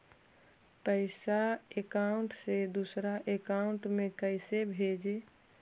पैसा अकाउंट से दूसरा अकाउंट में कैसे भेजे?